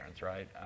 right